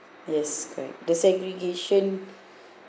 yes correct the segregation